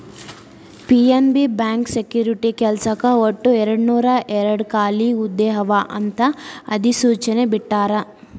PNB bank security ಕೆಲ್ಸಕ್ಕ ಒಟ್ಟು ಎರಡನೂರಾಯೇರಡ್ ಖಾಲಿ ಹುದ್ದೆ ಅವ ಅಂತ ಅಧಿಸೂಚನೆ ಬಿಟ್ಟಾರ